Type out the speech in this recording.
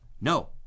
no